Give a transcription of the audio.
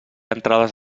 entrades